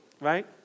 right